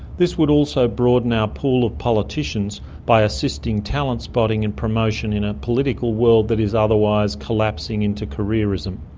this would also broaden our pool of politicians by assisting talent spotting and promotion in a political world that is otherwise collapsing into careerism.